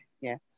yes